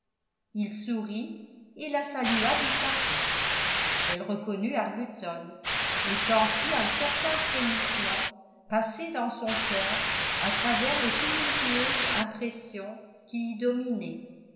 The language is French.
il sourit et la salua du chapeau elle reconnut arbuton et sentit un certain frémissement passer dans son cœur à travers les tumultueuses impressions qui y dominaient